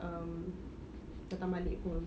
um datang balik pun